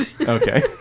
Okay